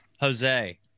jose